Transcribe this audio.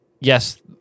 yes